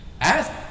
Ask